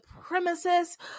supremacists